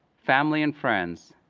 family and friends,